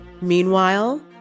Meanwhile